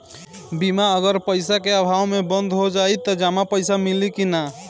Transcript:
बीमा अगर पइसा अभाव में बंद हो जाई त जमा पइसा मिली कि न?